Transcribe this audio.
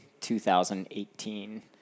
2018